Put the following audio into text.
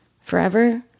forever